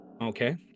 okay